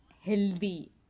healthy